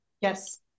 Yes